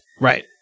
Right